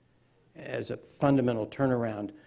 as a fundamental turnaround,